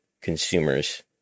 consumers